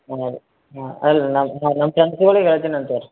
ಹಾಂ ರೀ ಹಾಂ ಅಲ್ರಿ ಅಲ್ಲ ನಮ್ಮ ಫ್ರೆಂಡ್ಸುಗಳಿಗೆ ಹೇಳಿದೀನಂತೆ ತೊಗೋಳ್ರಿ